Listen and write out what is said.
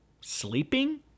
sleeping